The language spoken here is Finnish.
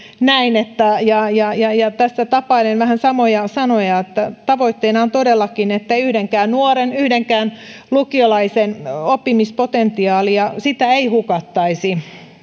näin ja ja tässä tapailen vähän samoja sanoja että tavoitteena on todellakin ettei yhdenkään nuoren yhdenkään lukiolaisen oppimispotentiaalia hukattaisi